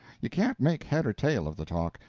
you can't make head or tail of the talk,